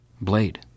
Blade